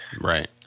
Right